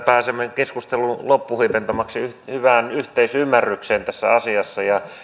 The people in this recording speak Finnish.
pääsemme keskustelun loppuhuipentumaksi hyvään yhteisymmärrykseen tässä asiassa